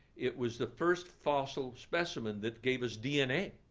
it was the first fossil specimen that gave us dna.